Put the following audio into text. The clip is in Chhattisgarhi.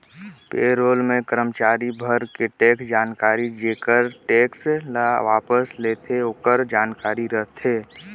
पे रोल मे करमाचारी भर के टेक्स जानकारी जेहर टेक्स ल वापस लेथे आकरो जानकारी रथे